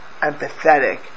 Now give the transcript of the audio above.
empathetic